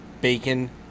BACON